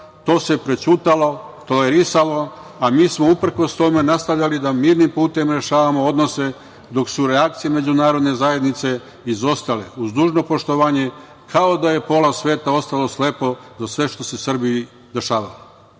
to se prećutalo, tolerisalo, a mi smo uprkos tome nastavljali da mirnim putem rešavamo odnose dok su reakcije međunarodne zajednice izostale. Uz dužno poštovanje, kao da je pola sveta ostalo slepo za sve što se Srbiji dešavalo.O